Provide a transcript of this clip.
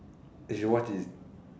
you should watch it